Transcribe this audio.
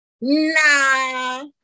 nah